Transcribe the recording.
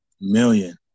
million